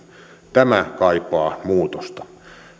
tämä kaipaa muutosta